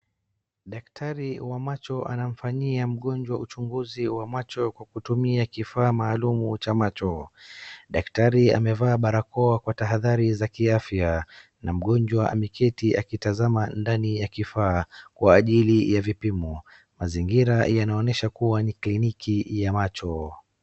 Daktari wa macho anamfanyia mgonjwa uchunguzi wa macho kwa kutumia kifaa maalum cha macho. Daktari ameva barakoa kwa tahadhari za kiafya na mgonjwa aliketi akitazama ndani ya kifaa kwa ajili ya vipimo, mazingira yanaonyesha kuwa ni clinic ya macho